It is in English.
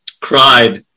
cried